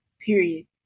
period